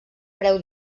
preu